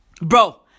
Bro